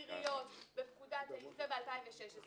הנחות זה משהו אחר.